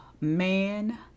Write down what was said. man